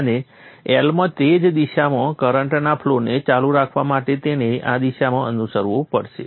અને L માં તે જ દિશામાં કરંટના ફ્લોને ચાલુ રાખવા માટે તેણે આ દિશામાં અનુસરવું પડેશે